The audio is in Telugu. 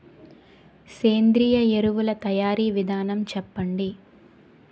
సేంద్రీయ ఎరువుల తయారీ విధానం చెప్పండి?